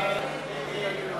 הצעת סיעות